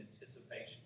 anticipation